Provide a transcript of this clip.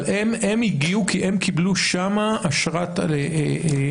אבל הם הגיעו כי הם קיבלו שם אשרת עלייה.